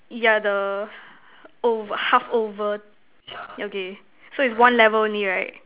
ya the oh half over okay so it's one level near right